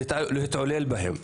להתעלל בהם.